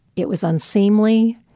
it was unseemly.